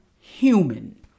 human